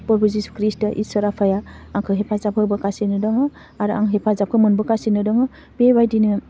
फोरबु जिसु खृष्ट इसोर आफाया आंखौ हेफाजाब होबोगासिनो दङ आरो आं हेफाजाबखौ मोनबोगासिनो दङ बेबायदिनो